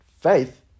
faith